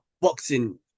Boxing